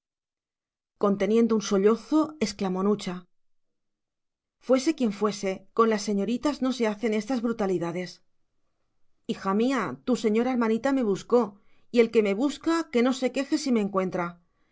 conteniendo un sollozo exclamó nucha fuese quien fuese con las señoritas no se hacen estas brutalidades hija mía tu señora hermanita me buscó y el que me busca que no se queje si me encuentra